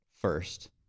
first